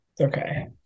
Okay